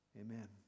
amen